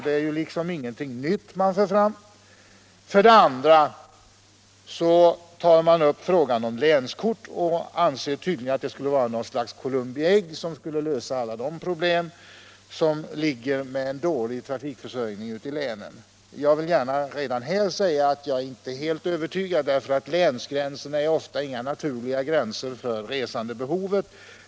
Det är liksom ingenting nytt man för fram. En annan fråga som tas upp gäller länskort, och man anser tydligen att det skulle vara något slags Columbi ägg som skulle lösa alla de problem som sammanhänger med en dålig trafikförsörjning ute i länen. Jag vill gärna redan här säga att jag inte är helt övertygad, eftersom länsgränserna ofta inte är några naturliga gränser för resandebehovet.